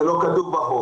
זה לא כתוב בחוק.